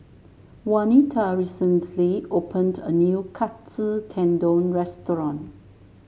Jaunita recently opened a new Katsu Tendon Restaurant